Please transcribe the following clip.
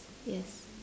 yes